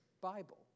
Bible